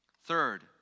Third